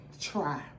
try